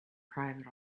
private